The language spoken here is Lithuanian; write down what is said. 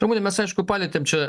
ramune mes aišku palietėm čia